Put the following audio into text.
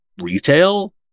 Retail